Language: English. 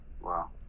Wow